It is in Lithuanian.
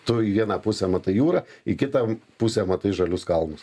tu į vieną pusę matai jūrą į kitą pusę matai žalius kalnus